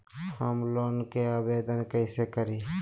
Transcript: Home loan के आवेदन कैसे करि?